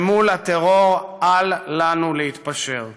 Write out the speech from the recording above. שמול הטרור אל לנו להתפשר.